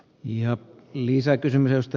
arvoisa puhemies